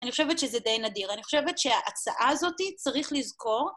אני חושבת שזה די נדיר. אני חושבת שההצעה הזאת צריך לזכור.